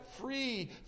free